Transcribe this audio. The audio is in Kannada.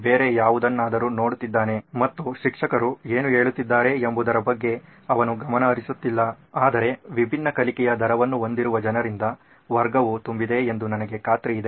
ಅವನು ಬೇರೆ ಯಾವುದನ್ನಾದರೂ ನೋಡುತ್ತಿದ್ದಾನೆ ಮತ್ತು ಶಿಕ್ಷಕರು ಏನು ಹೇಳುತ್ತಿದ್ದಾರೆ ಎಂಬುದರ ಬಗ್ಗೆ ಅವನು ಗಮನ ಹರಿಸುತ್ತಿಲ್ಲ ಆದರೆ ವಿಭಿನ್ನ ಕಲಿಕೆಯ ದರವನ್ನು ಹೊಂದಿರುವ ಜನರಿಂದ ವರ್ಗವು ತುಂಬಿದೆ ಎಂದು ನನಗೆ ಖಾತ್ರಿಯಿದೆ